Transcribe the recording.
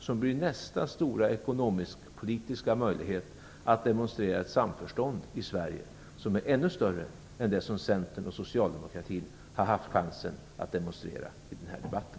Det blir nästa stora ekonomisk-politiska möjlighet att demonstrera ett samförstånd i Sverige som är ännu större än det som Centern och Socialdemokraterna har haft chans att demonstrera i den här debatten.